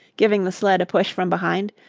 giving the sled a push from behind.